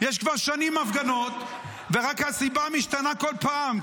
כבר שנים יש הפגנות ורק הסיבה משתנה כל פעם.